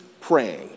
praying